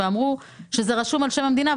ואמרו שזה רשום על שם המדינה,